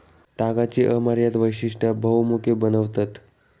तागाची अमर्याद वैशिष्टा बहुमुखी बनवतत